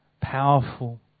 powerful